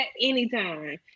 anytime